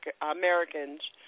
Americans